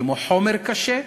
כמו חומר קשה,